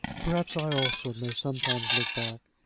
perhaps i also may sometimes look back.